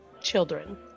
children